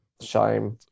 shame